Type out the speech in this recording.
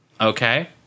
Okay